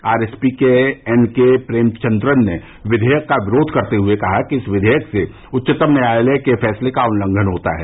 RSP के N K Premachandran ने विधेयक का विरोध करते हुए कहा कि इस विधेयक से उच्चतम न्यायालय के फैसले का उल्लंघन होता है